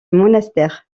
monastère